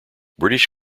british